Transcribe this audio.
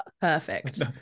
perfect